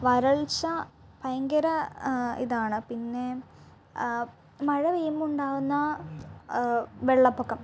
വരൾച്ച ഭയങ്കര ഇതാണ് പിന്നെ മഴ പെയ്യുമ്പോൾ ഉണ്ടാവുന്ന വെള്ളപ്പൊക്കം